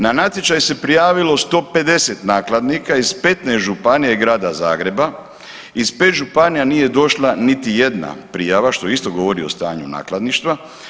Na natječaj se prijavilo 150 nakladnika iz 15 županija i Grada Zagreba, iz 5 županija nije došla niti jedna prijava, što isto govori o stanju nakladništva.